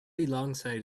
alongside